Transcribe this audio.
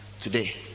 today